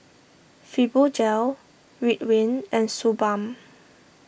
Fibogel Ridwind and Suu Balm